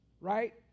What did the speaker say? right